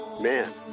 man